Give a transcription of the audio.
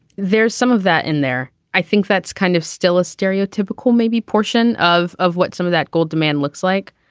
there's some of that in there. i think that's kind of still a stereotypical maybe portion of of what some of that gold demand looks like.